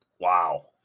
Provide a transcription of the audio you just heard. wow